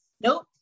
Nope